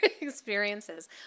experiences